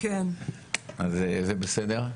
אז זה בסדר.